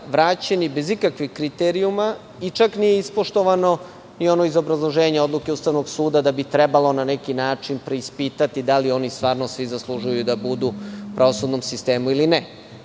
vraćeni, bez ikakvih kriterijuma i čak nije ispoštovano ni ono iz obrazloženja Odluke Ustavnog suda, da bi trebalo na neki način preispitati da li oni stvarno svi zaslužuju da budu u pravosudnom sistemu, ili ne.